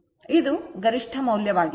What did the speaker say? ಇದು ಗರಿಷ್ಠ ಮೌಲ್ಯವಾಗಿದೆ